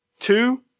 two